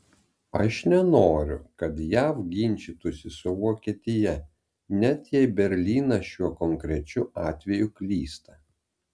aš nenoriu kad jav ginčytųsi su vokietija net jei berlynas šiuo konkrečiu atveju klysta